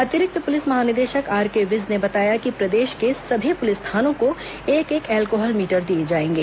अतिरिक्त पुलिस महानिदेशक आरके विज ने बताया कि प्रदेश के सभी पुलिस थानों को एक एक एल्कोहल मीटर दिए जाएंगे